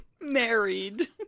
Married